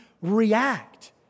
react